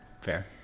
fair